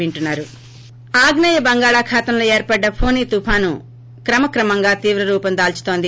break ఆగ్నేయ బంగాళాఖాతంలో ఏర్పడ్డ ఫొని తుపాను అక్రమ క్రమంగా తీవ్ర రూపం దాల్పుతోంది